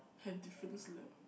have difference leh